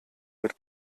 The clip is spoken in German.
mit